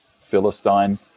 philistine